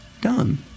done